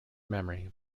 memory